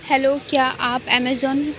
hello کیا آپ Amazon